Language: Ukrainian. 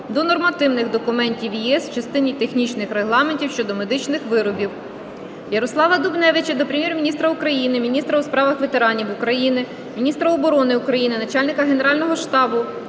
до нормативних документів ЄС в частині Технічних регламентів щодо медичних виробів. Ярослава Дубневича до Прем'єр-міністра України, міністра у справах ветеранів України, міністра оборони України, Начальника Генерального штабу